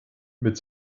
mit